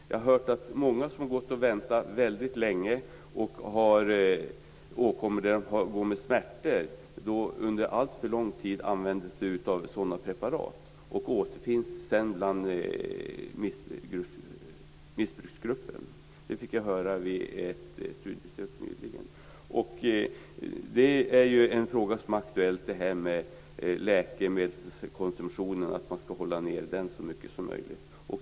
Jag har hört att många som har gått och väntat på vård väldigt länge och som har åkommor som orsakat smärtor under alltför lång tid använder sig av preparat som gör att de sedan återfinns i missbruksgruppen. Detta fick jag höra vid ett studiebesök nyligen. En fråga som är aktuell är ju att man skall hålla nere läkemedelskonsumtionen så mycket som möjligt.